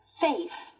face